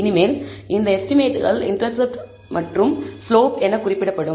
இனிமேல் இந்த எஸ்டிமேட்கள் இண்டெர்செப்ட் மற்றும் ஸ்லோப் என குறிப்பிடப்படும்